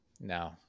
No